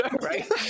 right